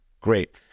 Great